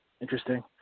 interesting